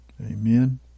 Amen